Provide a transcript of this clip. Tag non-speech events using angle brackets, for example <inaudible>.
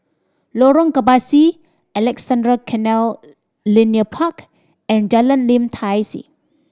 Lorong Kebasi Alexandra Canal <noise> Linear Park and Jalan Lim Tai See